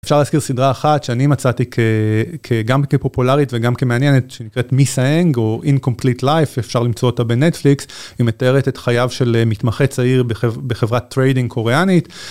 אפשר להזכיר סדרה אחת שאני מצאתי כגם כפופולרית וגם כמעניינת שנקראת מי סיינג או אינקומפליט לייפ אפשר למצוא אותה בנטפליקס היא מתארת את חייו של מתמחה צעיר בחברת טריידינג קוריאנית.